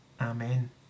Amen